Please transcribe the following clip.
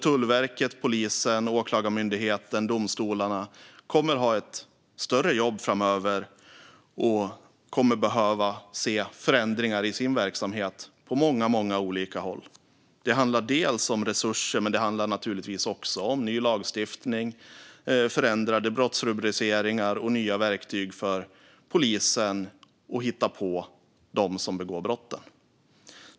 Tullverket, polisen, Åklagarmyndigheten och domstolarna kommer att ha ett större jobb framöver och kommer att behöva se förändringar i sin verksamhet på många olika håll. Det handlar delvis om resurser, men det handlar naturligtvis också om ny lagstiftning, förändrade brottsrubriceringar och nya verktyg för polisen att hitta dem som begår brotten.